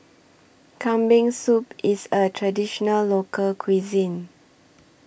Kambing Soup IS A Traditional Local Cuisine